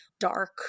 dark